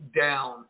down